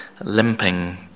limping